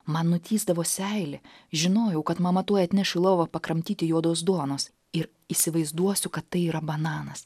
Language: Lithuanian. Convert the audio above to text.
man nutįsdavo seilė žinojau kad mama tuoj atneš į lovą pakramtyti juodos duonos ir įsivaizduosiu kad tai yra bananas